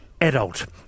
adult